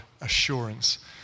assurance